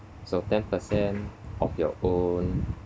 so ten percent of your own